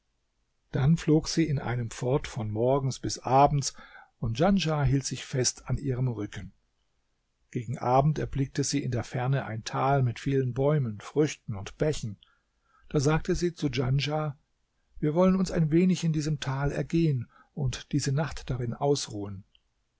dann flog sie in einem fort von morgens bis abends und djanschah hielt sich fest an ihrem rücken gegen abend erblickte sie in der ferne ein tal mit vielen bäumen früchten und bächen da sagte sie zu djanschah wir wollen uns ein wenig in diesem tal ergehen und diese nacht darin ausruhen